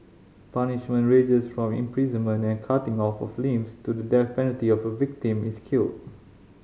punishment ranges from imprisonment and cutting off of limbs to the death penalty if a victim is killed